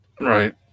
Right